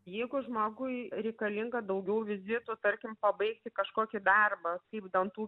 jeigu žmogui reikalinga daugiau vizitų tarkim pabaigti kažkokį darbą kaip dantų